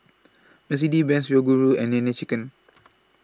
Mercedes Benz Yoguru and Nene Chicken